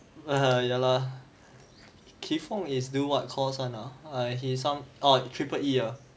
(uh huh) ya lah kee fong is do what course one ah he's some err triple E ah